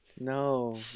No